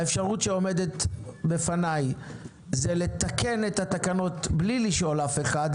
האפשרות שעומדת בפניי היא לתקן את התקנות בלי לשאול אף אחד,